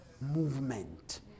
movement